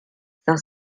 cinq